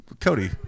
Cody